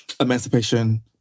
emancipation